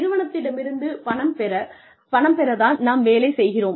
நிறுவனத்திடமிருந்து பணம் பெற தான் நாம் வேலை செய்கிறோம்